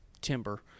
timber